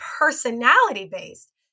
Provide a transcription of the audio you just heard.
personality-based